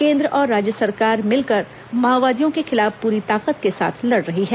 केन्द्र और राज्य सरकार मिलकर माओवादियों के खिलाफ पूरी ताकत के साथ लड़ रही है